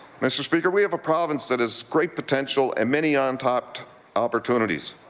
mr. speaker, we have a province that is great potential and many ah untapped opportunities.